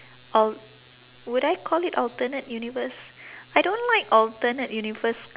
al~ would I call it alternate universe I don't like alternate universe